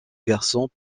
garçons